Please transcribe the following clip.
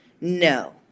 no